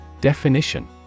Definition